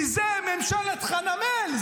כי זאת ממשלת חנמאל,